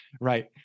right